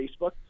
facebook